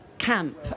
camp